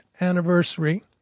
anniversary